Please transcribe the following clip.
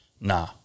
Nah